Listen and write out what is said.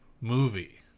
movie